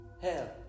hell